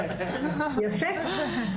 יפה.